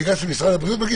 בגלל שמשרד הבריאות מגיש